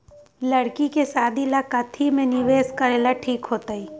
लड़की के शादी ला काथी में निवेस करेला ठीक होतई?